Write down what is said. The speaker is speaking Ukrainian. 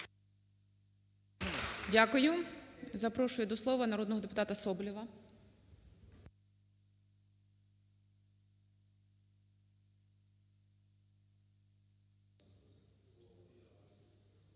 Запрошую до слова народного депутата Соболєва.